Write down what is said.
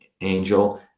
angel